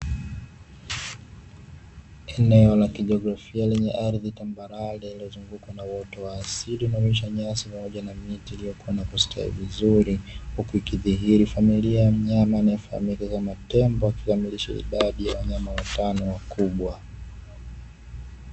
Eneo la kijiografia lenye ardhi tambarare iliyozungukwa na uoto wa asili na inayonesh nyasi pamoja na miti iliyokua na kustawi vizuri. Huku ikidhihiri familia ya mnyama anaye familia za matembo akikamilisho idadi ya wanyama watano wakubwa.